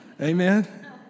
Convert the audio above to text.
Amen